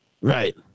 Right